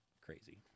Crazy